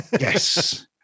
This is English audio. Yes